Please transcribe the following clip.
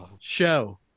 show